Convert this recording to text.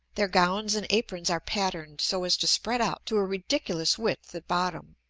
their gowns and aprons are patterned so as to spread out to a ridiculous width at bottom,